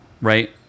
right